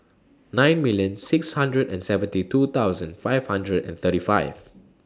nine million six hundred and seventy two thousand five hundred and thirty five